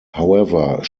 however